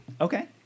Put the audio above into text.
Okay